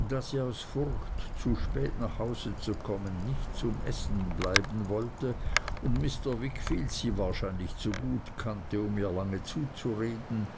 da sie aus furcht zu spät nach hause zu kommen nicht zum essen bleiben wollte und mr wickfield sie wahrscheinlich zu gut kannte um ihr lange zuzureden